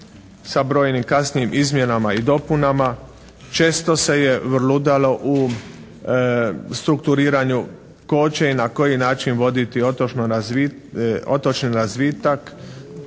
sa brojnim kasnijim izmjenama i dopunama. Često se je vrludalo u strukturiranju tko će i na koji način voditi otočni razvitak.